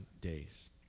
days